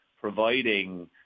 providing